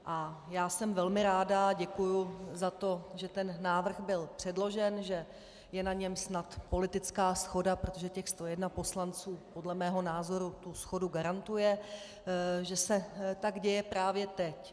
A já jsem velmi ráda a děkuji za to, že ten návrh byl předložen, že je na něm snad politická shoda, protože těch 101 poslanců podle mého názoru tu shodu garantuje, že se tak děje právě teď.